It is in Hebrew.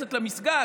שנכנסת למסגד,